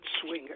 swinger